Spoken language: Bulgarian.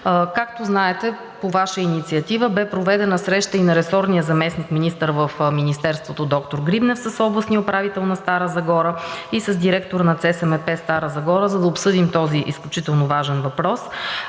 Както знаете, по Ваша инициатива бе проведена среща на ресорния заместник-министър – доктор Грибнев, с областния управител на Стара Загора и с директора на ЦСМП Стара Загора, за да обсъдим този изключително важен въпрос.